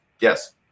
Yes